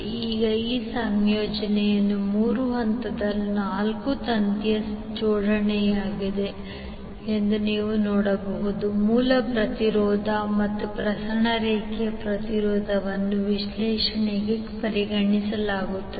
ಈಗ ಈ ಸಂಯೋಜನೆಯು ಮೂರು ಹಂತದ ನಾಲ್ಕು ತಂತಿಯ ಜೋಡಣೆಯಾಗಿದೆ ಎಂದು ನೀವು ನೋಡಬಹುದು ಮೂಲ ಪ್ರತಿರೋಧ ಮತ್ತು ಪ್ರಸರಣ ರೇಖೆಯ ಪ್ರತಿರೋಧವನ್ನು ವಿಶ್ಲೇಷಣೆಗೆ ಪರಿಗಣಿಸಲಾಗುತ್ತದೆ